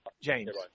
James